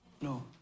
No